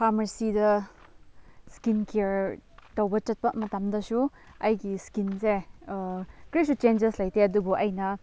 ꯐꯥꯔꯃꯥꯁꯤꯗ skin care ꯇꯧꯕ ꯆꯠꯄ ꯃꯇꯝꯗꯁꯨ ꯑꯩꯒꯤ ꯁ꯭ꯀꯤꯟꯁꯦ ꯀꯔꯤꯁꯨ ꯆꯦꯟꯖꯦꯁ ꯂꯩꯇꯦ ꯑꯗꯨꯕꯨ ꯑꯩꯅ